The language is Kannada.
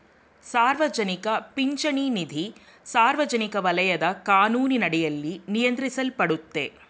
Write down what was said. ಸಾರ್ವಜನಿಕ ಪಿಂಚಣಿ ನಿಧಿ ಸಾರ್ವಜನಿಕ ವಲಯದ ಕಾನೂನಿನಡಿಯಲ್ಲಿ ನಿಯಂತ್ರಿಸಲ್ಪಡುತ್ತೆ